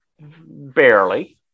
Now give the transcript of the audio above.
Barely